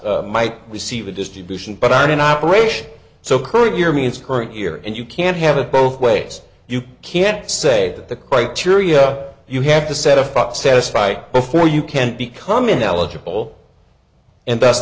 might receive a distribution but on an operation so current year means current year and you can't have it both ways you can't say that the criteria you have to set up satisfy before you can become ineligible and that's